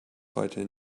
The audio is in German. heute